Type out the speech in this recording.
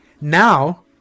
now